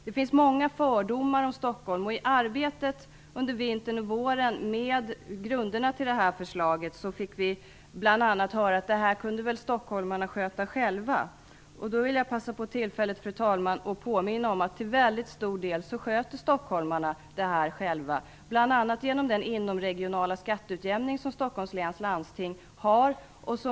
Det finns många fördomar om Stockholm, och i arbetet under vintern och våren med grunderna till det här förslaget fick vi bl.a. höra att det här kunde väl stockholmarna sköta själva. Jag vill därför, fru talman, passa på tillfället att påminna om att stockholmarna sköter det här själva till väldigt stor del, bl.a. Stockholms läns landsting har.